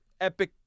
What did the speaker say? epic